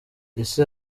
ese